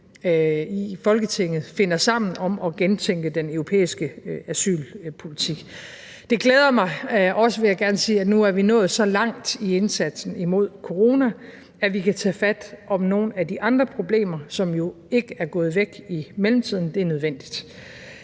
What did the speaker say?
i Folketinget finder sammen om at gentænke den europæiske asylpolitik. Det glæder mig også, vil jeg gerne sige, at vi nu er nået så langt i indsatsen imod corona, at vi kan tage fat om nogle af de andre problemer, som jo ikke er gået væk i mellemtiden. Det er nødvendigt.